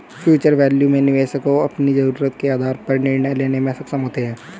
future value से निवेशक अपनी जरूरतों के आधार पर निर्णय लेने में सक्षम होते हैं